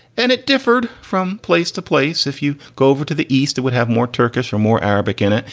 and it differed from place to place. if you go over to the east, it would have more turkish or more arabic in it.